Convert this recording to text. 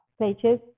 pages